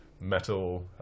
metal